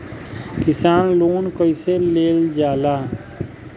किसान लोन कईसे लेल जाला?